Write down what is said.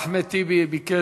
ואחריו, אחמד טיבי ביקש.